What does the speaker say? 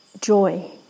joy